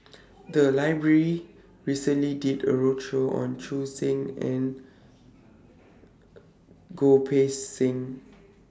The Library recently did A roadshow on Choo Seng Quee and Goh Poh Seng